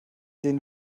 denen